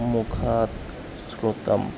मुखात् श्रुतम्